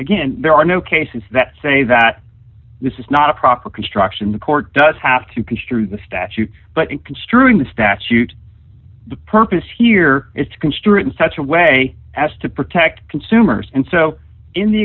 again there are no cases that say that this is not a proper construction the court does have to construe the statute but it construing the statute the purpose here is to construe it in such a way as to protect consumers and so in the